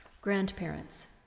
Grandparents